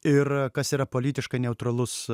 ir kas yra politiškai neutralus